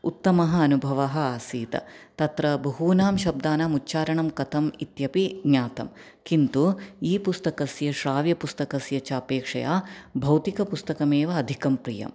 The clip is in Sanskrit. उत्तमः अनुभवः आसीत् तत्र बहूनां शब्दानाम् उच्चारणं कथम् इत्यपि ज्ञातं किन्तु ई पुस्तकस्य श्राव्यपुस्तकस्य चापेक्षया भौतिकपुस्तकमेव अधिकं प्रियम्